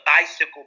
bicycle